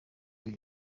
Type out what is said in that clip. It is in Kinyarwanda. uyu